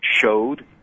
showed